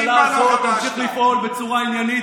הממשלה הזאת תמשיך לפעול בצורה עניינית